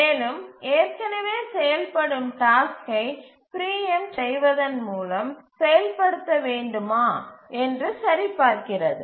மேலும் ஏற்கனவே செயல்படும் டாஸ்க்கை பிரீஎம்ட் செய்வதன் மூலம் செயல்படுத்த வேண்டுமா என்று சரிபார்க்கிறது